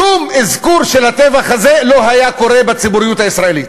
שום אזכור של הטבח הזה לא היה קורה בציבוריות הישראלית.